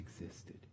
existed